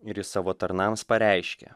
ir jis savo tarnams pareiškė